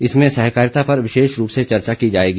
इसमें सहकारिता पर विशेष रूप से चर्चा की जाएगी